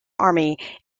army